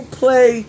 play